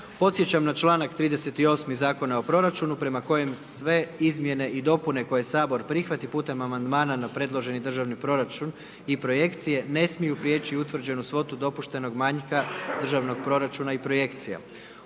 Podsjećam na članak 38., Zakona o proračunu, prema kojem sve izmjene i dopune koje Sabor prihvati putem amandmana na predloženi državni proračun i projekcije, ne smiju prijeći utvrđenu svotu dopuštenog manjka državnog proračuna i projekcija.